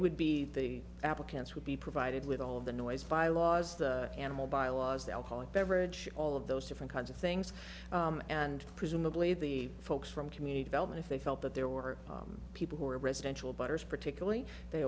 would be the applicants would be provided with all of the noise bylaws the animal bylaws the alcoholic beverage all of those different kinds of things and presumably the folks from community development if they felt that there were people who are residential butter's particularly they